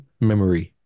memory